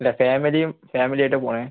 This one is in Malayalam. ഇല്ല ഫാമിലിയും ഫാമിലി ആയിട്ടാണ് പോണത്